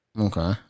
Okay